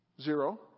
Zero